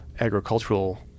agricultural